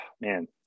man